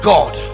God